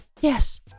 yes